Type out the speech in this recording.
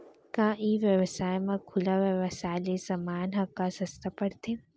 का ई व्यवसाय म खुला व्यवसाय ले समान ह का सस्ता पढ़थे?